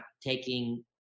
taking